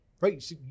Right